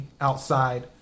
outside